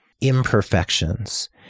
imperfections